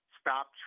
stop